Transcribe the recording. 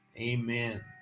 Amen